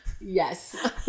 Yes